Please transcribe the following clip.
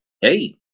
Hey